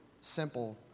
simple